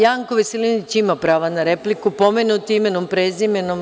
Janko Veselinović ima pravo na repliku, pomenut je imenom i prezimenom.